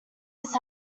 his